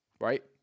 right